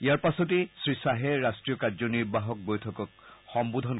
ইয়াৰ পাছতেই শ্ৰী শ্বাহে ৰাষ্ট্ৰীয় কাৰ্যনিৰ্বাহক বৈঠকক সম্বোধন কৰিব